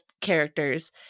characters